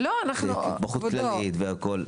של התמחות כללית והכול.